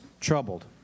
troubled